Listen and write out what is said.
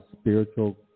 spiritual